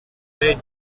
ray